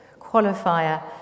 qualifier